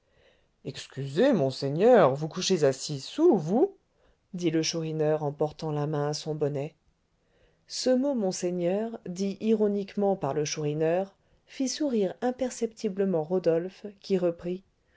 excusez monseigneur vous couchez à six sous vous dit le chourineur en portant la main à son bonnet ce mot monseigneur dit ironiquement par le chourineur fit sourire imperceptiblement rodolphe qui reprit